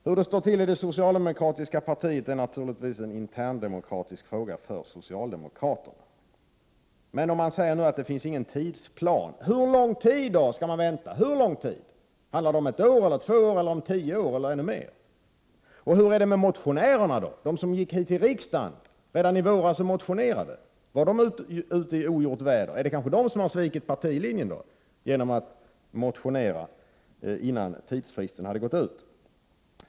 Hur det står till i det socialdemokratiska partiet är naturligtvis en interndemokratisk fråga för socialdemokraterna. Nu säger Maj Britt Theorin att det inte finns någon tidsplan för när Sverige skall kräva att få veta om fartyg som kommer hit är kärnvapenbestyckade. Hur länge dröjer det innan vi skall kräva det? Handlar det om ett år, två år, tio år eller ännu längre tid? Var de motionärer som väckte motioner till riksdagen i våras ute i ogjort väder? Är det de som har svikit partilinjen genom att motionera innan tidsfristen gått ut?